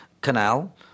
canal